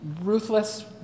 ruthless